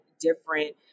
different